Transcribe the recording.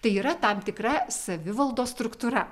tai yra tam tikra savivaldos struktūra